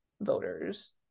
voters